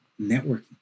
Networking